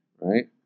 Right